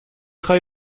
خواهی